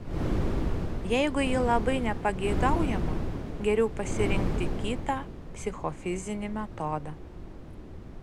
jeigu ji labai nepageidaujama geriau pasirinkti kitą psichofizinį metodą